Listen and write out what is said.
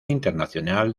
internacional